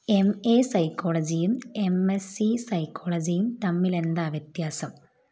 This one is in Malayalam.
എം എ സൈക്കോളജിയും എം എസ് സി സൈക്കോളജിയും തമ്മിൽ എന്താണ് വ്യത്യാസം